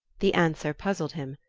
the answer puzzled him.